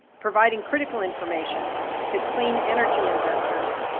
providing critical information to clean energy investors,